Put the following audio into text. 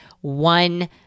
one